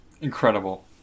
Incredible